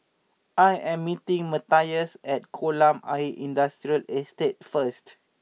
I am meeting Matias at Kolam Ayer Industrial Estate first